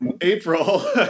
April